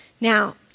Now